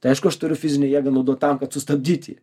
tai aišku aš turiu fizinę jėgą naudot tam kad sustabdyt jį